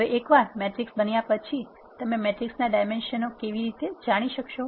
હવે એકવાર મેટ્રિક્સ બન્યા પછી તમે મેટ્રિક્સના ડાઇમેન્શન કેવી રીતે જાણી શકશો